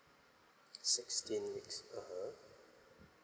sixteen weeks (uh huh)